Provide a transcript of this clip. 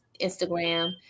Instagram